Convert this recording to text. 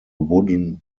wooden